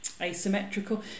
asymmetrical